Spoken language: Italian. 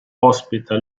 ospita